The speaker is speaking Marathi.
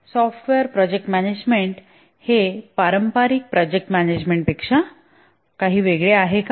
सॉफ्टवेअर प्रोजेक्ट मॅनेजमेंट हे पारंपारिक प्रोजेक्ट मॅनेजमेंट पेक्षा काही वेगळे आहे का